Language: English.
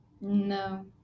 No